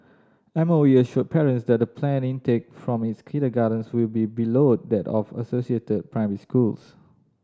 M O E assured parents that the planned intake from its kindergartens will be below that of the associated primary schools